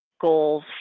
goals